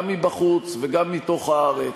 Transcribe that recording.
גם מבחוץ וגם מתוך הארץ.